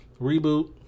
Reboot